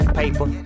paper